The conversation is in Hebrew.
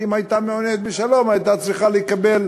כי אם היא הייתה מעוניינת בשלום הייתה צריכה לקבל